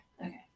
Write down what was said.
Okay